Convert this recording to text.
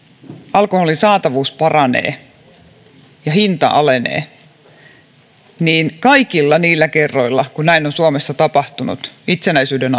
alkoholin saatavuus paranee ja hinta alenee käyttö lisääntyy kaikilla niillä kerroilla kun näin on suomessa tapahtunut itsenäisyyden